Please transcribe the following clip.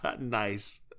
Nice